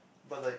but like